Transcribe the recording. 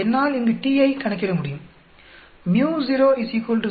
என்னால் இங்கு t ஐ கணக்கிட முடியும் µ0 0